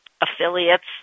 affiliates